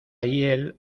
hiel